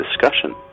discussion